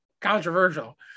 controversial